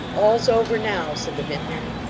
all's over now said the vintner.